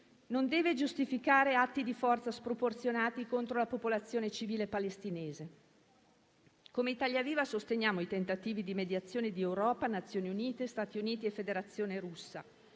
non deve giustificare atti di forza sproporzionati contro la popolazione civile palestinese. Come Italia Viva sosteniamo i tentativi di mediazione di Europa, Nazioni Unite, Stati Uniti e Federazione Russa.